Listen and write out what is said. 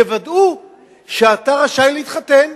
יוודאו שאתה רשאי להתחתן.